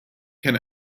can